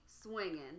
swinging